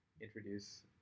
introduce